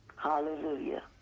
Hallelujah